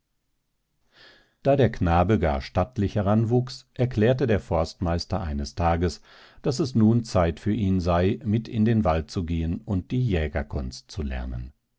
da der knabe gar stattlich heranwuchs erklärte der forstmeister eines tages daß es nun zeit für ihn sei mit in den wald zu gehen und die jägerkunst zu lernen